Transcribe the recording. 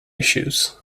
issues